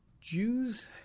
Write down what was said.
Jews